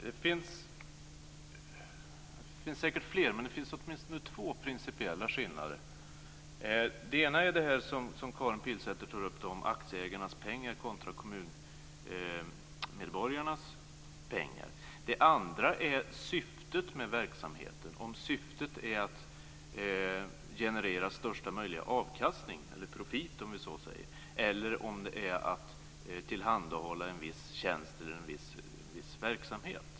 Fru talman! Det finns säkert flera principiella skillnader, men jag vill peka på åtminstone två av dem. Den ena gäller det som Karin Pilsäter tog upp om aktieägarnas pengar kontra kommuninvånarnas pengar. Den andra gäller syftet med verksamheten, om syftet är att generera största möjliga profit eller att tillhandahålla en tjänst i en viss verksamhet.